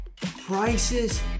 Prices